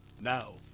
Now